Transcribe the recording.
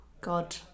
God